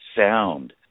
sound